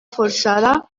forçada